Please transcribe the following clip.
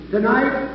Tonight